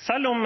Selv om